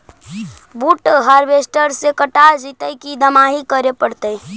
बुट हारबेसटर से कटा जितै कि दमाहि करे पडतै?